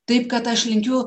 taip kad aš linkiu